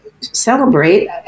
celebrate